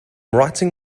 writing